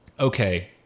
okay